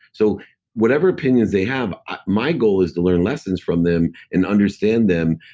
so whatever opinions they have my goal is to learn lessons from them and understand them.